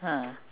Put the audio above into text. ah